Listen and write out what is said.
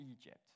Egypt